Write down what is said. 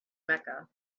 mecca